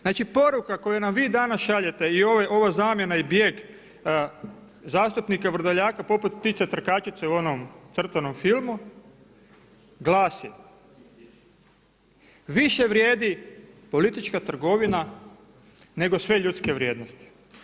Znači poruka koju nam vi danas šaljete i ova zamjena i bijeg zastupnika Vrdoljaka poput ptice trkačice u onom crtanom filmu glasi: „Više vrijedi politička trgovina nego sve ljudske vrijednosti.